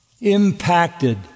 impacted